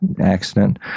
accident